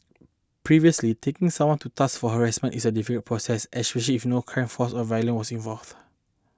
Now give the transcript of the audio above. previously taking someone to task for harassment is a difficult process especially if no criminal force or violence was involved